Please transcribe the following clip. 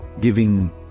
giving